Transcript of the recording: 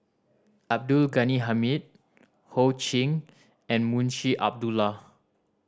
Abdul Ghani Hamid Ho Ching and Munshi Abdullah